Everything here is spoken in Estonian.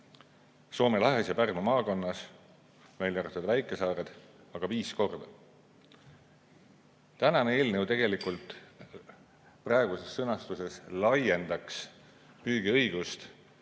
Soome lahes ja Pärnu maakonnas, välja arvatud väikesaared, aga viis korda. Tänane eelnõu tegelikult praeguses sõnastuses laiendaks püügiõigust